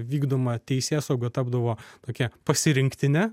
vykdoma teisėsauga tapdavo tokia pasirinktine